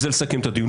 ובזה לסכם את הדיון.